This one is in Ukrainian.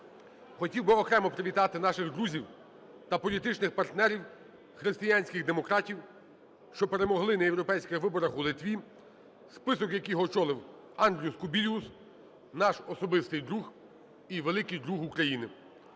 Хотів би окремо привітати наших друзів та політичних партнерів - християнських демократів, що перемогли на європейських виборах у Литві, список яких очолив Андрюс Кубілюс, наш особистий друг і великий друг України.